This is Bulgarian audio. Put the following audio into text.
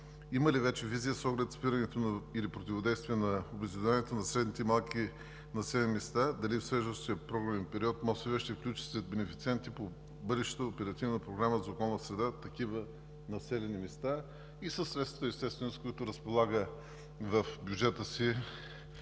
Има ли вече визия с оглед спирането или противодействието на обезлюдяването на средните и малките населени места и дали в следващия програмен период МОСВ ще включи сред бенефициентите по бъдещата Оперативна програма „Околна среда“ такива населени места и със средствата, с които разполага в бюджета си от